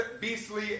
beastly